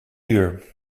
uur